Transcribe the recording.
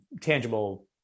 tangible